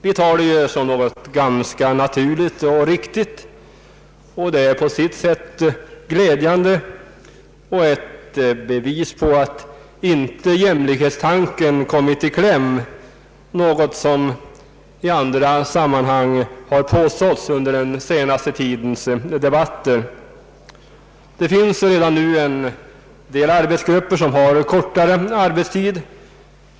Vi tar det som något ganska naturligt och riktigt, och det är på sitt sätt glädjande och ett bevis på att jämlikhetstanken inte kommit i kläm, något som i andra sammanhang har påståtts under den senaste tidens debatter. Det finns redan nu en del arbetsgrupper som har kortare arbetstid.